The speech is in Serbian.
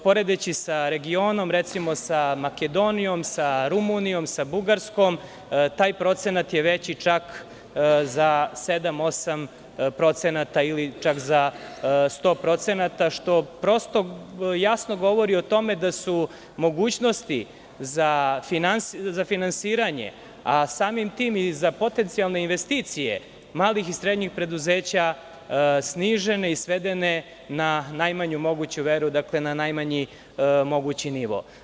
Poredeći sa regionom, recimo sa Makedonijom, sa Rumunijom, sa Bugarskom, taj procenat je veći za sedam, osam posto ili čak za 100%, što jasno govori o tome da su mogućnosti za finansiranje, a samim tim i za potencijalne investicije malih i srednjih preduzeća, snižene i svedene na najmanju moguću meru, na najmanji mogući nivo.